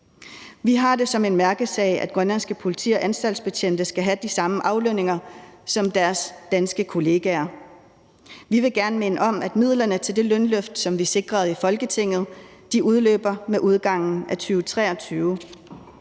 Vi har det som en mærkesag, at grønlandske politi- og anstaltsbetjente skal have de samme aflønninger som deres danske kollegaer. Vi vil gerne minde om, at midlerne til det lønløft, som vi sikrede i Folketinget, udløber med udgangen af 2023.